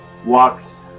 walks